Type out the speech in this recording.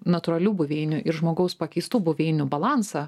natūralių buveinių ir žmogaus pakeistų buveinių balansą